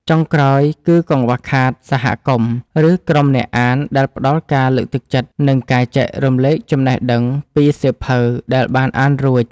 ចុងក្រោយ គឺកង្វះខាតសហគមន៍ ឬក្រុមអ្នកអានដែលផ្ដល់ការលើកទឹកចិត្ត និងការចែករំលែកចំណេះដឹងពីសៀវភៅដែលបានអានរួច។